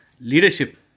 leadership